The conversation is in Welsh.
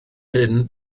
hyn